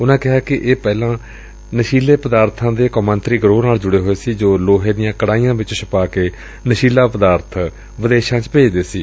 ਉਨੂਾ ਕਿਹਾ ਕਿ ਇਹ ਪਹਿਲਾ ਨਸੀਲੇ ਪਦਾਰਬਾ ਦੀ ਕੌਮਾਤਰੀ ਗਰੋਹ ਨਾਲ ਜੁੜੇ ਹੋਏ ਸਨ ਜੋ ਲੋਹੇ ਦੀਆਂ ਕੜਾਹੀਆਂ ਵਿਚ ਛੁਪਾ ਕੇ ਨਸ਼ੀਲਾ ਪਦਾਰਥ ਬਾਹਰ ਭੇਜਦੇ ਸਨ